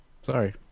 sorry